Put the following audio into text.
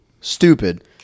Stupid